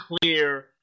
clear